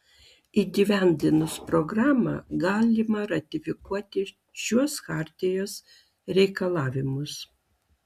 įgyvendinus programą galima ratifikuoti šiuos chartijos reikalavimus